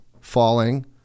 falling